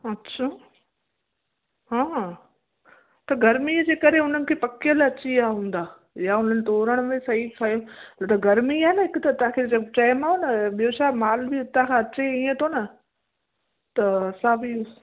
अछा हां त गर्मीअ जे करे उन्हनि खे पकियल अची विया हूंदा या उन्हनि तोरण में सही स त गर्मी आहे न हिकु त चयोमांव न ॿियो छा मालु बि उतां खां अचे ईअं थो न त असां बि